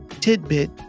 tidbit